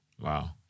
Wow